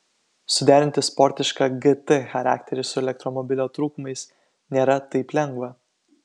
suderinti sportišką gt charakterį su elektromobilio trūkumais nėra taip lengva